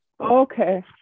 Okay